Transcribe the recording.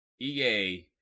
EA